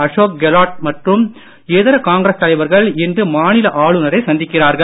அசோக் கெலோட் மற்றும் இதர காங்கிரஸ் தலைவர்கள் இன்று மாநில ஆளுநரை சந்திக்கிறார்கள்